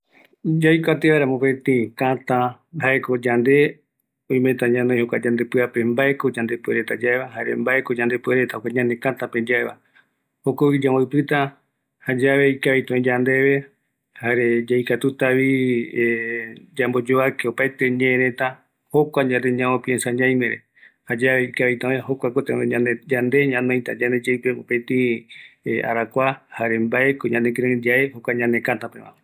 Yaikuatia vaera mopetï yomongoi, jaeko yaikatuta yae yemongoipe, mbɨatɨtɨ, yerovia, ani äräküa, oïme vi mbosɨ rupi oyeapo vi yemongoireta, ëreï yande jokoropi yajava yaikuatia